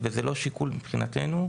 וזה לא שיקול מבחינתנו.